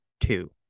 two